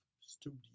Studio